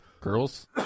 girls